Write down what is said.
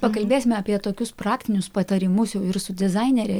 pakalbėsim apie tokius praktinius patarimus jau ir su dizainere